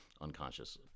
unconscious